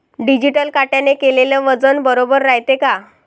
Digital काट्याने केलेल वजन बरोबर रायते का?